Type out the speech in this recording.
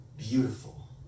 Beautiful